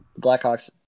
Blackhawks